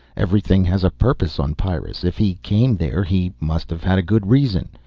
everything has a purpose on pyrrus. if he came there he must have had a good reason.